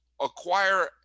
acquire